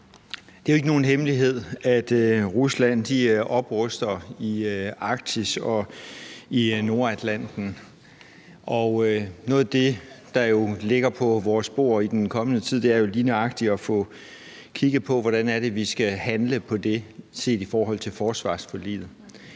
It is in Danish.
Det er jo ikke nogen hemmelighed, at Rusland opruster i Arktis og i Nordatlanten, og noget af det, der ligger på vores bord i den kommende tid, er jo lige nøjagtig at få kigget på, hvordan det er, vi skal handle på det set i forhold til forsvarsforliget.